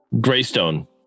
Greystone